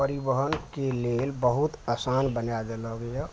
परिवहनके लेल बहुत आसान बनाय देलक यऽ